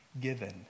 given